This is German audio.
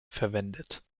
verwendet